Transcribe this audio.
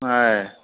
ఆయ్